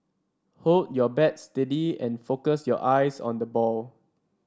hold your bat steady and focus your eyes on the ball